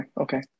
okay